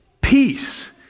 peace